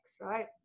right